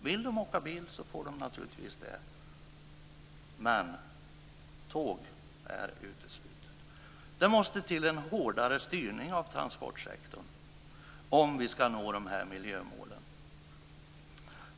Vill de åka bil får de naturligtvis det, men tåg är uteslutet. Det måste till en hårdare styrning av transportsektorn om vi skall nå miljömålen.